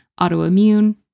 autoimmune